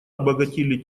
обогатили